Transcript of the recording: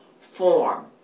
form